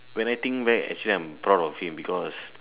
when I think back actually I am proud of him because